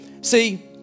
See